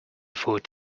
food